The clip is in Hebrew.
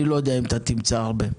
אני לא יודע אם תמצא הרבה,